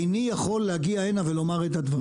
איני יכול להגיע הנה ולומר את הדברים.